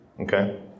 okay